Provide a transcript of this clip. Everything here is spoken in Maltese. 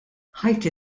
ħajti